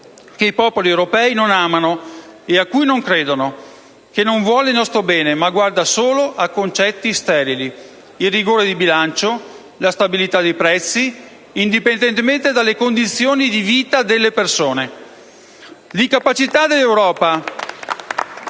che i popoli europei non amano e a cui non credono, che non vuole il nostro bene, ma guarda solo a concetti sterili: il rigore di bilancio, la stabilità dei prezzi, indipendentemente dalle condizioni di vita delle persone. *(Applausi dal Gruppo*